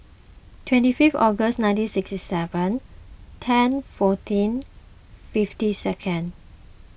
twenty fifth August nineteen sixty seven ten fourteen fifty second